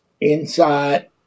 inside